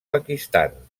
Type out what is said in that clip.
pakistan